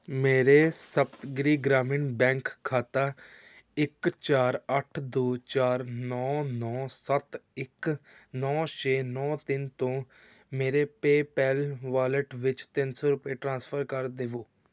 ਮੇਰੇ ਸਪਤਗਿਰੀ ਗ੍ਰਾਮੀਣ ਬੈਂਕ ਖਾਤਾ ਇੱਕ ਚਾਰ ਅੱਠ ਦੋ ਚਾਰ ਨੌ ਨੌ ਸੱਤ ਇੱਕ ਨੌ ਛੇ ਨੌ ਤਿੰਨ ਤੋਂ ਮੇਰੇ ਪੇਪਲ ਵਾਲਿਟ ਵਿੱਚ ਤਿੰਨ ਸੌ ਰੁਪਏ ਟ੍ਰਾਂਸਫਰ ਕਰ ਦੇਵੋ